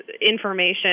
information